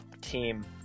team